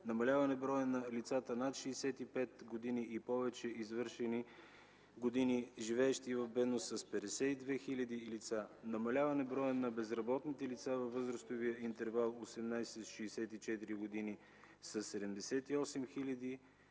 намаляване броя на лицата над 65 и повече години, живеещи в бедност – с 52 хил. лица, намаляване броя на безработните лица във възрастовия интервал 18-64 години със 78 хил.